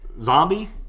zombie